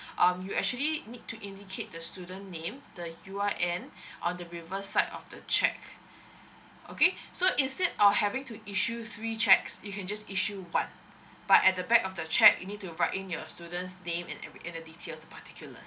um you actually need to indicate the student name the U_R_N on the reversed side of the cheque okay so instead of having to issue three cheque you can just issue one but at the back of the cheque you need to write in your student's name and the and the details particulars